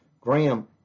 Graham